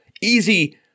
easy